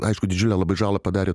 aišku didžiulę žalą padarė